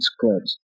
clubs